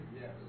Yes